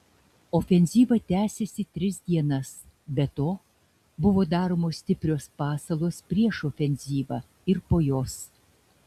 ofenzyva tąsėsi tris dienas be to buvo daromos stiprios pasalos prieš ofenzyvą ir po jos